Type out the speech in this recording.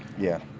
yeah.